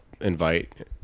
invite